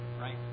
right